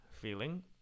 Feeling